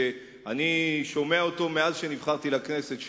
שאני שומע עליו מאז נבחרתי לכנסת,